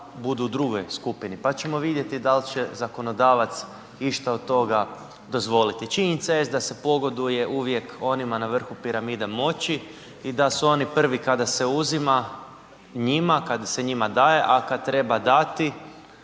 budu u drugoj skupini, pa ćemo vidjeti dal će zakonodavac išta od toga dozvoliti. Činjenica jest da se pogoduje uvijek onima na vrhu piramide moći da su oni prvi kada se uzima, njima, kada se njima daje, a kad treba dati,